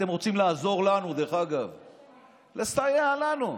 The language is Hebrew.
אתם רוצים לעזור לנו, לסייע לנו.